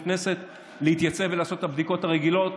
כנסת: להתייצב ולעשות את הבדיקות הרגילות.